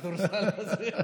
הכדורסל הזה,